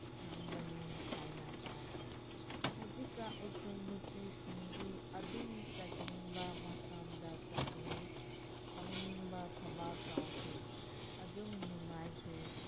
ꯊꯝꯕꯅꯤ ꯍꯥꯏꯅ ꯇꯥꯏ ꯍꯧꯖꯤꯛꯀ ꯑꯩꯈꯣꯏ ꯅꯨꯄꯤꯁꯤꯡꯗꯤ ꯑꯗꯨꯝ ꯆꯠꯅꯤꯡꯕ ꯃꯐꯝꯗ ꯆꯠꯂꯦ ꯇꯧꯅꯤꯡꯕ ꯊꯕꯛ ꯇꯧꯈ꯭ꯔꯦ ꯑꯗꯨꯝ ꯅꯨꯡꯉꯥꯏꯈ꯭ꯔꯦ